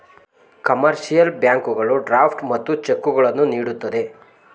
commercial ಬ್ಯಾಂಕುಗಳು draft ಮತ್ತು ಚೆಕ್ಕುಗಳನ್ನು ನೀಡುತ್ತದೆ